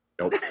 Nope